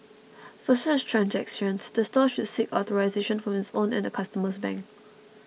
for such transactions the store should seek authorisation from its own and the customer's bank